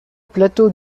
plateau